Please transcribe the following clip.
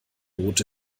rote